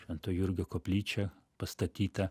švento jurgio koplyčią pastatytą